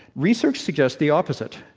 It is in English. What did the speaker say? research suggests the opposite.